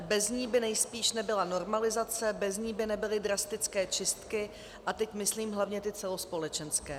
Bez ní by nejspíš nebyla normalizace, bez ní by nebyly drastické čistky, a teď myslím hlavně ty celospolečenské.